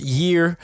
year